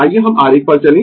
आइये हम आरेख पर चलें